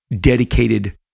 dedicated